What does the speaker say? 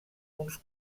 uns